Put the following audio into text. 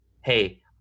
hey